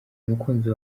umukunzi